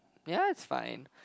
ya it's fine